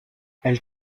elles